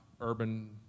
urban